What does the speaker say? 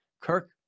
Kirk